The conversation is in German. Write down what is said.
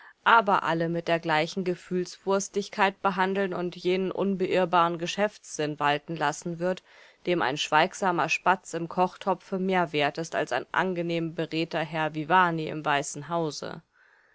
aber alle mit der gleichen gefühlswurstigkeit behandeln und jenen unbeirrbaren geschäftssinn walten lassen wird dem ein schweigsamer spatz im kochtopfe mehr wert ist als ein angenehm beredter herr viviani im weißen hause